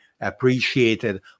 appreciated